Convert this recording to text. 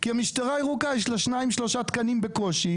כי המשטרה הירוקה יש לה שניים שלושה תקנים בקושי,